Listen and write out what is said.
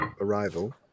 arrival